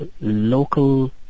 local